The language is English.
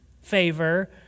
favor